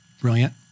Brilliant